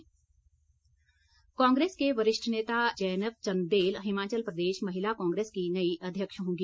जैनब कांग्रेस की वरिष्ठ नेता जैनब चंदेल हिमाचल प्रदेश महिला कांग्रेस की नई अध्यक्ष होंगी